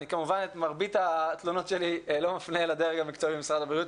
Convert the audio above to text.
כמובן את מרבית התלונות שלי אני לא מפנה אל הדרג המקצועי במשרד הבריאות,